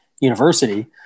University